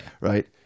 right